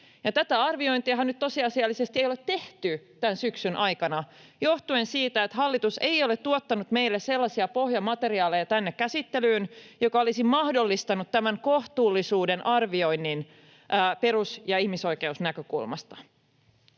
tätä arviointiahan nyt tosiasiallisesti ei ole tehty tämän syksyn aikana johtuen siitä, että hallitus ei ole tuottanut meille sellaisia pohjamateriaaleja tänne käsittelyyn, jotka olisivat mahdollistaneet tämän kohtuullisuuden arvioinnin perus- ja ihmisoikeusnäkökulmasta.